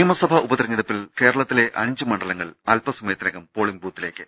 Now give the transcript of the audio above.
നിയമസഭാ ഉപതിരഞ്ഞെടുപ്പിൽ കേരളത്തിലെ അഞ്ച് മണ്ഡലങ്ങൾ അൽപ്പസമയത്തിനകം പോളിങ് ബൂത്തിലേക്ക്